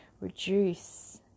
reduce